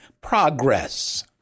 progress